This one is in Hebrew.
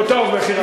לו היה עולה בפני,